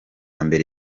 mbere